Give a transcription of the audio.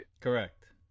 Correct